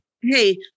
Hey